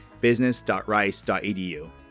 business.rice.edu